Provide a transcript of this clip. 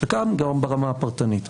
וגם ברמה הפרטנית.